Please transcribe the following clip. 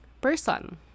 person